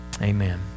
Amen